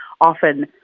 Often